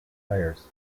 players